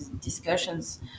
discussions